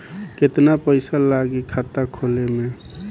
केतना पइसा लागी खाता खोले में?